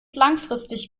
langfristig